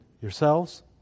yourselves